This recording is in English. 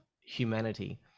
humanity